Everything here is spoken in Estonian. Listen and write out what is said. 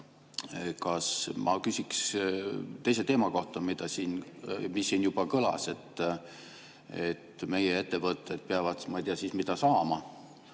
ma küsin teise teema kohta, mis siin juba kõlas: et meie ettevõtted peavad siis ma ei